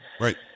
Right